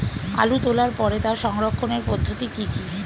আলু তোলার পরে তার সংরক্ষণের পদ্ধতি কি কি?